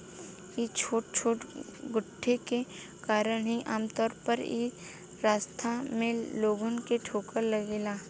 इ छोटे छोटे गड्ढे के कारण ही आमतौर पर इ रास्ता में लोगन के ठोकर लागेला